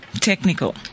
technical